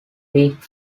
peak